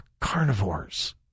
carnivores